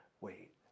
wait